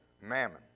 mammon